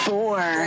four